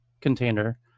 container